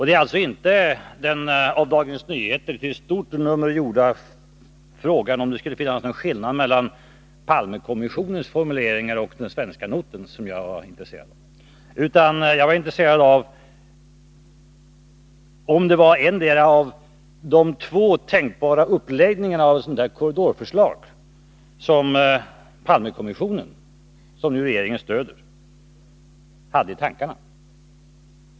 Det är alltså inte den av Dagens Nyheter till stort nummer gjorda frågan om det skulle finnas någon skillnad mellan Palmekommissionens formuleringar och den svenska notens som jag var intresserad av, utan jag var intresserad av om det var endera av de två tänkbara uppläggningarna av ett sådant här korridorförslag som Palmekommissionen, som regeringen stöder, hade i tankarna.